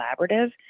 collaborative